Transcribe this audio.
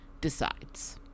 decides